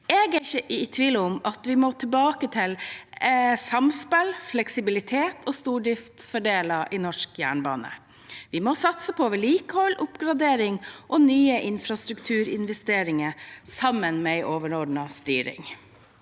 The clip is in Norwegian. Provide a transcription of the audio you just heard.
Jeg er ikke i tvil om at vi må tilbake til samspill, fleksibilitet og stordriftsfordeler i norsk jernbane. Vi må satse på vedlikehold, oppgradering og nye infrastrukturinvesteringer, sammen med en overordnet styring.